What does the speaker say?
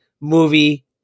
movie